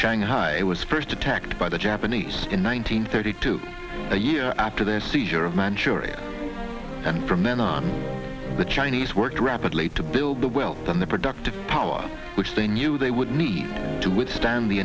shanghai it was first attacked by the japanese in one nine hundred thirty two a year after their seizure of manchuria and from then on the chinese worked rapidly to build the wealth and the productive power which they knew they would need to withstand the